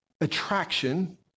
attraction